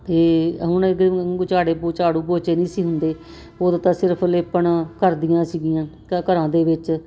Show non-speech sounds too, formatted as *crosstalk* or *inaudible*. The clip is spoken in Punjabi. ਅਤੇ *unintelligible* ਝਾੜੇ ਪ ਝਾੜੂ ਪੋਚੇ ਨਹੀਂ ਸੀ ਹੁੰਦੇ ਉਦੋਂ ਤਾਂ ਸਿਰਫ ਲੇਪਣ ਕਰਦੀਆਂ ਸੀਗੀਆਂ ਘਰਾਂ ਦੇ ਵਿੱਚ